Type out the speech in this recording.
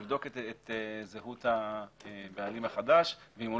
הוא יבדוק את זהות הבעלים החדש ואם הוא